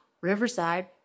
Riverside